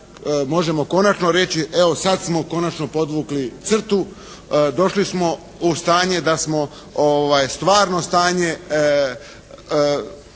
možemo konačno reči: Evo sad smo konačno podvukli crtu. Došli smo u stanje da smo, stvarno stanje